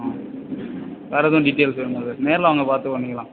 ஆ வேறே எதுவும் டீட்டெயல்ஸ் வேணுமா சார் நேரில் வாங்க பார்த்து பண்ணிக்கலாம்